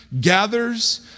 gathers